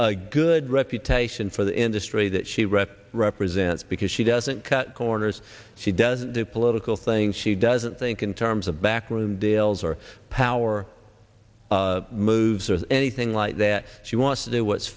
our good reputation for the industry that she read represents because she doesn't cut corners she doesn't do political things she doesn't think in terms of backroom deals or power moves or anything like that she wants to do what's